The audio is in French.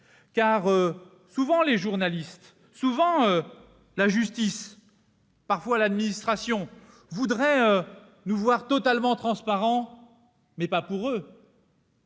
car souvent les journalistes, souvent la justice, parfois l'administration voudraient que nous soyons totalement transparents, sans s'appliquer